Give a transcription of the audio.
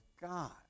God